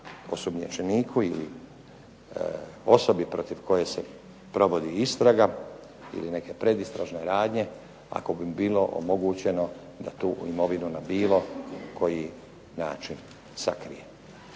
osumnjičeniku ili osobi protiv koje se provodi istraga ili neke predistražne radnje, ako bi bilo omogućeno da tu imovinu na bilo koji način sakrije.